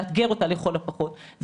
או לכל הפחות לאתגר אותה,